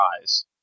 eyes